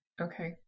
Okay